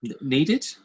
Needed